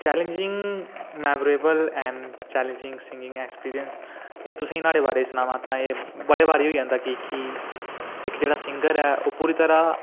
challenging memorable and challenging singing experience एह् तुसें ई न्हाड़े बारै सनांऽ तां एह् बड़े बारी होई जंदा की जे इक जेह्ड़ा सिंगर ऐ ओह् पूरी तरह्